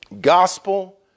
Gospel